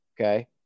Okay